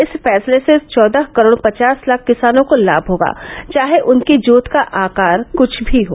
इस फैसले से चौदह करोड़ पचास लाख किसानों को लाभ होगा चाहे उनकी जोत का आकार कुछ भी हो